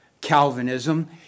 Calvinism